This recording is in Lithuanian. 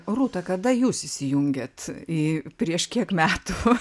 rūta kada jūs įsijungėt prieš kiek metų